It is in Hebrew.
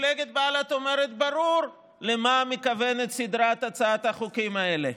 מפלגת בל"ד אומרת בבירור למה מתכוונת סדרת הצעות החוק האלה,